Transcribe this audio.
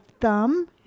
thumb